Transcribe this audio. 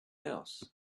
else